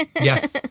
Yes